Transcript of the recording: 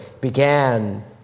began